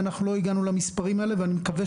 ואנחנו לא הגענו למספרים האלה ואני מקווה